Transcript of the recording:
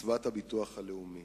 קצבת הביטוח הלאומי.